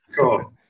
Cool